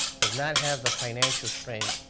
does not have the financial strength,